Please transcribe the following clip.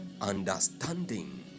understanding